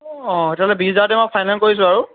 অঁ তেতিয়াহ'লে বিশ হেজাৰতে মই ফাইনেল কৰিছোঁ আৰু